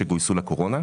השוטרים שגויסו לקורונה?